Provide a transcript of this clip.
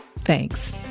Thanks